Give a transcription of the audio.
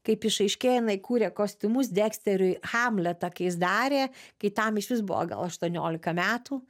kaip išaiškėja jinai kūrė kostiumus deksteriui hamletą kai jis darė kai tam išvis buvo gal aštuoniolika metų